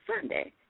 Sunday